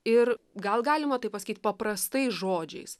ir gal galima tai pasakyt paprastais žodžiais